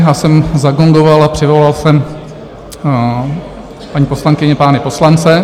Já jsem zagongoval a přivolal jsem paní poslankyně, pány poslance.